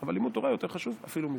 אבל לימוד תורה יותר חשוב אפילו מזה.